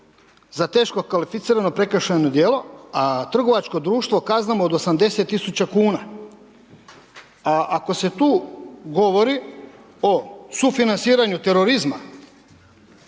za teško kvalificirano prekršajno djelo, a trgovačko društvo kaznom od 70 tisuća kuna. Ako se tu govori o sufinanciranju terorizma